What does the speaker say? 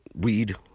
Weed